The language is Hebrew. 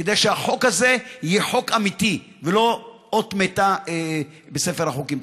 כדי שהחוק הזה יהיה חוק אמיתי ולא אות מתה בספר החוקים.